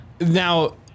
now